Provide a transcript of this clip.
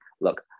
look